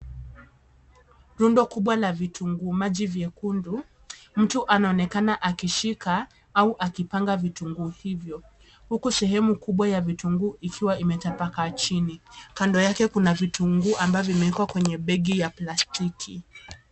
Rundo kubwa la vitunguu maji vyekundu. Mtu anaonekana akishika au akipanga vitunguu hivyo. Huku sehemu kubwa ya vitunguu ikiwa imetapakaa chini. Kando yake kuna vitunguu ambavyo vimewekwa kwenye begi ya plastiki.